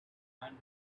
iron